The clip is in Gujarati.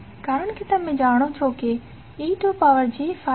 કારણ કે તમે જાણો છો કે ej∅cos∅jsin∅